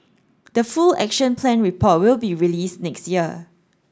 the full Action Plan report will be released next year